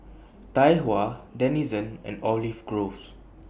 Tai Hua Denizen and Olive Grove